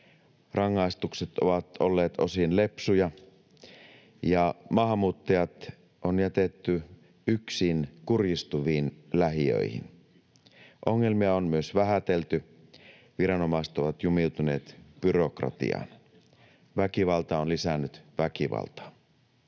Rangaistukset ovat olleet osin lepsuja, ja maahanmuuttajat on jätetty yksin kurjistuviin lähiöihin. Ongelmia on myös vähätelty. Viranomaiset ovat jumiutuneet byrokratiaan. Väkivalta on lisännyt väkivaltaa.